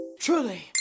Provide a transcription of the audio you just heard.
Truly